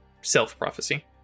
self-prophecy